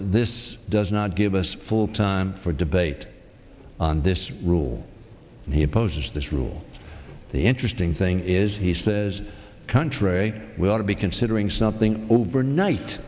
this does not give us full time for debate on this rule he opposes this rule the interesting thing is he says country we ought to be considering something over night